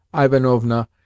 Ivanovna